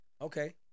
Okay